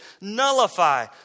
nullify